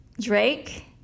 Drake